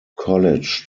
college